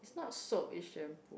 it's not soap it's shampoo